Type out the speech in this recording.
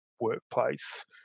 workplace